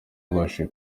yabashije